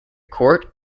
court